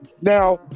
Now